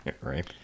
right